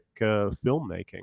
filmmaking